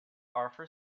arthur